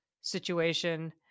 situation